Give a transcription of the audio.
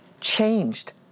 changed